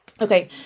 Okay